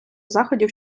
заходів